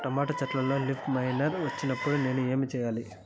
Tomato చెట్టులో leaf miner వచ్చినప్పుడు నేను ఏమి చెయ్యాలి?